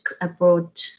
abroad